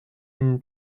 une